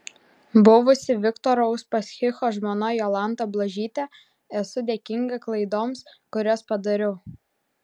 buvusi viktoro uspaskicho žmona jolanta blažytė esu dėkinga klaidoms kurias padariau